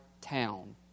town